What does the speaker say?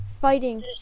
fighting